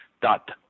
dot